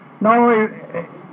no